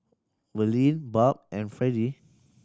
Verlene Barb and Fredie